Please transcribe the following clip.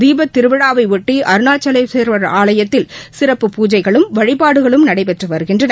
தீபத்திருவிழாவையொட்டி அருணாச்சலேஸ்வரர் ஆலயத்தில் சிறப்பு பூஜைகளும் வழிபாடுகளும் நடைபெற்று வருகின்றன